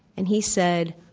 and he said,